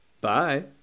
Bye